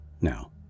now